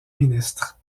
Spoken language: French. ministre